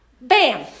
Bam